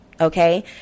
Okay